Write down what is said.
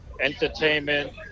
entertainment